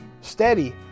steady